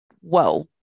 whoa